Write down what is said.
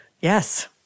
Yes